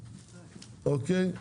אוקיי?